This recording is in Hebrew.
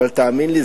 אבל תאמין לי,